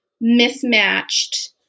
mismatched